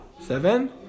Seven